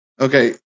Okay